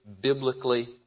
biblically